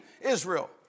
Israel